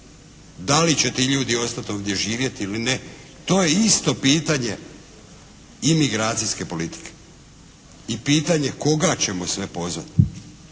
Da li će ti ljudi ostati ovdje živjeti ili ne to je isto pitanje imigracijske politike i pitanje koga ćemo sve pozvati.